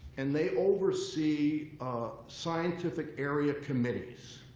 and they oversee scientific area committees.